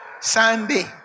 Sunday